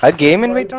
ah game and i